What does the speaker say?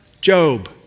Job